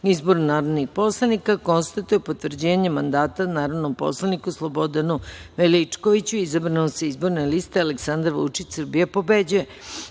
izboru narodnih poslanika konstatuje potvrđivanje mandata narodnom poslaniku Slobodanu Veličkoviću, izabranom sa izborne liste „Aleksandar Vučić – Srbija pobeđuje“.Na